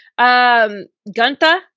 Guntha